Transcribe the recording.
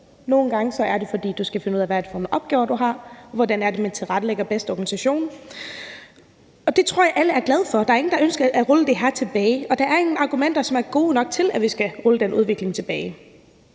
Nogle gange er det, fordi du skal finde ud af, hvad det er for nogle opgaver, du har, og hvordan det er, man tilrettelægger organisationen bedst. Og det tror jeg alle er glade for. Der er ingen, der ønsker at rulle det her tilbage, og der er ingen argumenter, som er gode nok til, at vi skal rulle den udvikling tilbage.